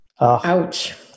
Ouch